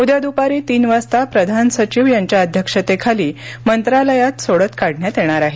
उद्या द्पारी तीन वाजता प्रधान सचिव यांच्या अध्यक्षतेखाली मंत्रालयात सोडत काढण्यात येणार आहे